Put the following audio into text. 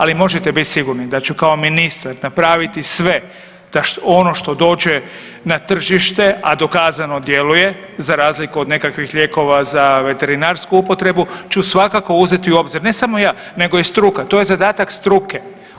Ali možete biti sigurni da ću kao ministar napraviti sve da ono što dođe na tržite, a dokazano djeluje za razliku od nekakvih lijekova za veterinarsku upotrebu ću svakako uzeti u obzir, ne samo ja nego i struka, to je zadatak struke.